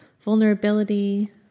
vulnerability